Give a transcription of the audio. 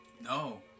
no